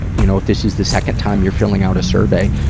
and you know, this is the second time you're filling out a survey,